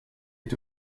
est